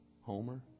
Homer